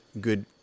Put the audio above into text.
good